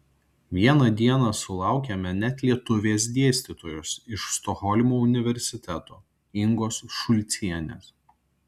vieną dieną sulaukėme net lietuvės dėstytojos iš stokholmo universiteto ingos šulcienės